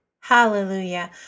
Hallelujah